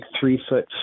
three-foot